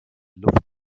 luft